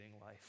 life